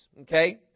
Okay